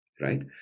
right